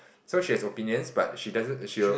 so she has opinions but she doesn't she will